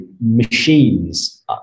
machines